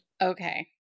okay